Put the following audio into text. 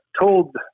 told